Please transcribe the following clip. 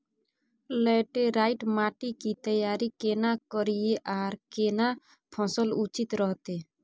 Laterite माटी की तैयारी केना करिए आर केना फसल उचित रहते?